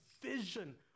vision